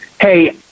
hey